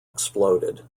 exploded